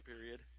period